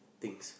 things